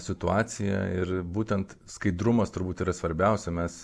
situaciją ir būtent skaidrumas turbūt yra svarbiausia mes